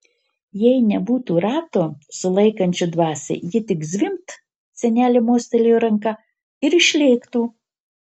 jei nebūtų rato sulaikančio dvasią ji tik zvimbt senelė mostelėjo ranka ir išlėktų